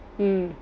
mm